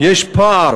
הפער